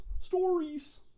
stories